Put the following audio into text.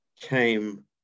came